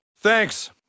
Thanks